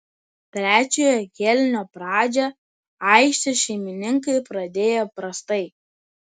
trečiojo kėlinio pradžią aikštės šeimininkai pradėjo prastai